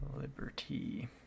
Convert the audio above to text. Liberty